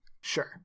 Sure